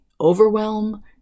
overwhelm